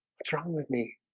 what's wrong with me?